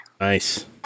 Nice